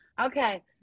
Okay